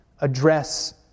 address